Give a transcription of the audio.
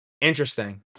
Interesting